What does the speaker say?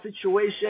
situation